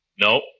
No